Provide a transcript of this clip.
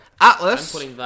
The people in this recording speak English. Atlas